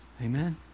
Amen